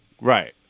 Right